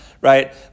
right